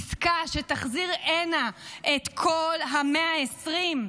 עסקה שתחזיר הנה את כל ה-120,